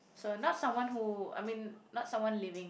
so not someone who I mean not someone living